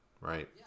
right